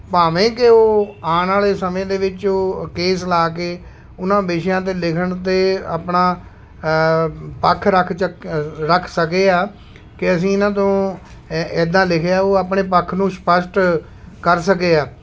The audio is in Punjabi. ਭਾਵੇਂ ਕਿ ਉਹ ਆਉਣ ਵਾਲੇ ਸਮੇਂ ਦੇ ਵਿੱਚ ਉਹ ਕੇਸ ਲਾ ਕੇ ਉਹਨਾਂ ਵਿਸ਼ਿਆਂ 'ਤੇ ਲਿਖਣ 'ਤੇ ਆਪਣਾ ਪੱਖ ਰੱਖ ਚੱਕੇ ਰੱਖ ਸਕੇ ਹੈ ਕਿ ਅਸੀਂ ਇਹਨਾਂ ਤੋਂ ਏ ਇੱਦਾਂ ਲਿਖਿਆ ਉਹ ਆਪਣੇ ਪੱਖ ਨੂੰ ਸਪੱਸ਼ਟ ਕਰ ਸਕੇ ਹੈ